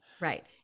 Right